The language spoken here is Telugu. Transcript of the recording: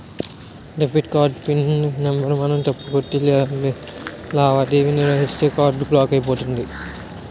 డెబిట్ కార్డ్ పిన్ నెంబర్ మనం తప్పు కొట్టి లావాదేవీ నిర్వహిస్తే కార్డు బ్లాక్ అయిపోతుంది